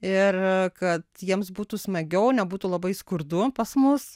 ir kad jiems būtų smagiau nebūtų labai skurdu pas mus